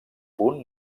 punt